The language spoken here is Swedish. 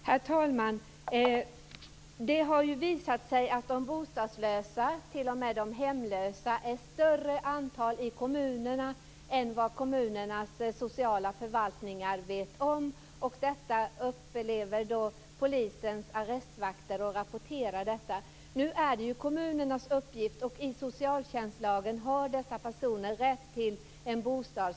Herr talman! Det har visat sig att de bostadslösa och t.o.m. de hemlösa utgör ett större antal i kommunerna än vad kommunernas sociala förvaltningar vet om. Detta upplever polisens arrestvakter, som rapporterar det. Nu är detta kommunernas uppgift. I socialtjänstlagen har dessa personer rätt till en bostad.